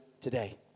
today